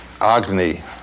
Agni